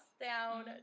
down